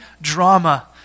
drama